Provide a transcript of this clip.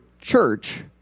church